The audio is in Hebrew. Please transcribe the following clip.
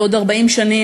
בעוד 40 שנים,